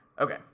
okay